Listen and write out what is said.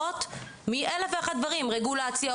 סוגרות מאלף ואחת סיבות רגולציה,